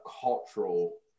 cultural